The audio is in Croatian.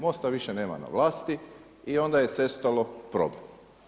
Mosta više nema na vlasti i onda je sve nastalo problem.